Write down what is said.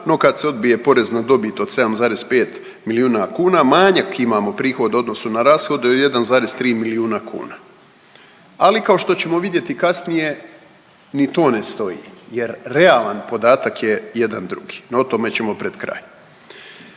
no kad se odbije porez na dobit od 7,5 milijuna kuna, manjak imamo prihod u odnosu na rashode od 1,3 milijuna kuna, ali kao što ćemo vidjeti kasnije, ni to ne stoji jer realan podatak je jedan drugi, no o tome ćemo pred kraj.